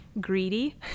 greedy